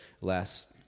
last